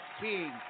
King